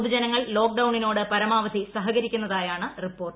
പൊതുജനങ്ങൾ ലോക്ക് ഡൌണിനോട് പരമാവധി സഹകരിക്കുന്നതായാണ് റിപ്പോർട്ട്